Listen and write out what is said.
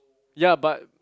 ya but